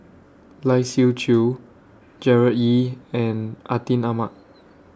Lai Siu Chiu Gerard Ee and Atin Amat